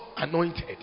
Anointed